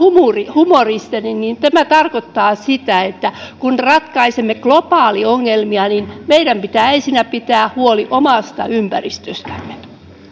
humoristinen niin niin tämä tarkoittaa sitä että kun ratkaisemme globaaliongelmia niin meidän pitää ensinnä pitää huoli omasta ympäristöstämme